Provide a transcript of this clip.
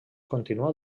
continua